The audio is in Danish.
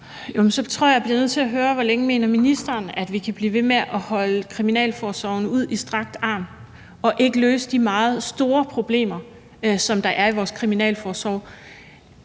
jeg bliver nødt til at høre: Hvor længe mener ministeren, at vi kan blive ved med at holde kriminalforsorgen ud i strakt arm og ikke løse de meget store problemer, som der er i vores kriminalforsorg?